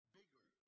bigger